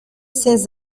since